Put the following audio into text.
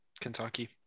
Kentucky